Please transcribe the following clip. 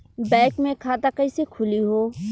Bank मे खाता कईसे खुली हो?